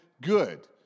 good